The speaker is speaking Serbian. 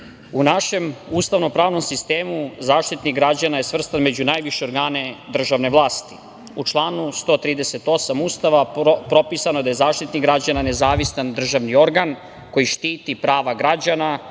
našem ustavno pravnom sistemu Zaštitnik građana je svrstan među najviše organe državne vlasti. U članu 138. Ustava propisano je da je Zaštitnik građana nezavistan državni organ koji štiti prava građana